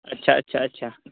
ᱟᱪᱪᱷᱟ ᱟᱪᱪᱷᱟ ᱟᱪᱪᱷᱟ